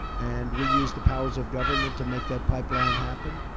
and we use the powers of government to make that pipeline happen.